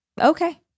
okay